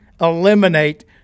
eliminate